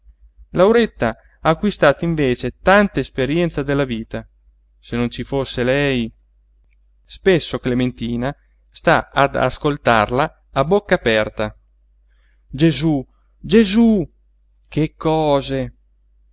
lauretta ha acquistato invece tanta esperienza della vita se non ci fosse lei spesso clementina sta ad ascoltarla a bocca aperta gesú gesú che cose